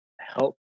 help